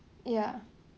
ya